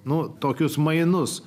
nuo tokius mainus